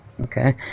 Okay